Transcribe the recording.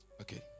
Okay